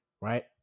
right